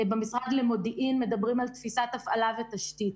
במשרד למודיעין מדברים על תפיסת הפעלה ותשתית.